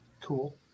Cool